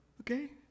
Okay